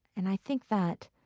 and i think that,